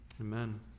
Amen